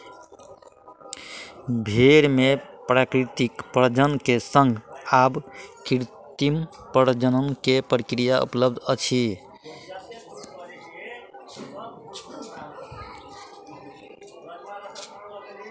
भेड़ मे प्राकृतिक प्रजनन के संग आब कृत्रिम प्रजनन के प्रक्रिया उपलब्ध अछि